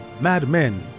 madmen